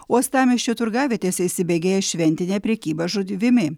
uostamiesčio turgavietėse įsibėgėja šventinė prekyba žuvimi